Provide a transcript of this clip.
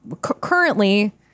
currently